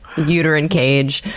uterine cage?